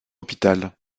hôpital